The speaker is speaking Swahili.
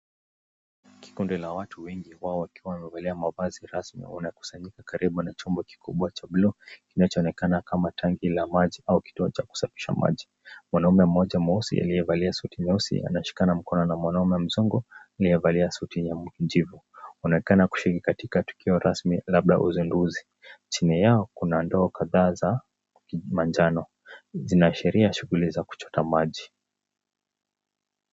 Kikundi la watu wengi, wao wakiwa wamevalia mavazi rasmi wamekusanyika karibu na chombo kikubwa cha blue kinachoonekana kama tangi la maji au kituo cha kusafisha maji. Mwanamume mmoja mweusi aliyevaa suti nyeusi anashikana mkono na mwanamume mzungu aliyevalia suti ya kijivu. Wanaonekana kushiriki katika tukio rasmi labda uzinduzi. Chini yao kuna ndoo kadhaa za manjano. Zinaashiria shughuli za kuchota maji.